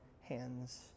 hands